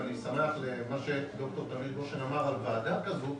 ואני שמח על מה שד"ר תמיר גשן אמר על ועדה כזו,